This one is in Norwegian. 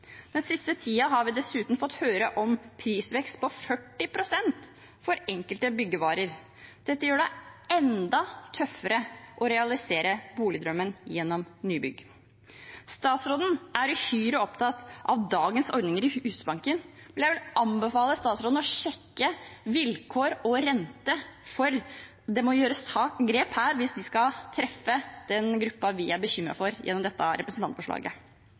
Den siste tida har vi dessuten fått høre om en prisvekst på 40 pst. for enkelte byggevarer. Dette gjør det enda tøffere å realisere boligdrømmen gjennom nybygg. Statsråden er uhyre opptatt av dagens ordninger i Husbanken. Jeg vil anbefale statsråden å sjekke vilkår og rente, for det må gjøres grep her hvis de skal treffe den gruppen vi er bekymret for gjennom representantforslaget. Dette